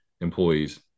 employees